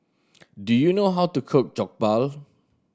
do you know how to cook Jokbal